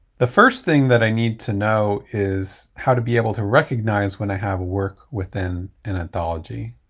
the first thing that i need to know is how to be able to recognize when i have work within an anthology.